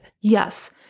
Yes